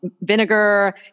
vinegar